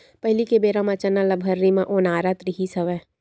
पहिली के बेरा म चना ल भर्री म ओनारत रिहिस हवय